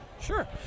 Sure